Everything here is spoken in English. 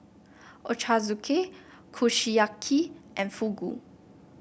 Ochazuke Kushiyaki and Fugu